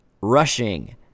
rushing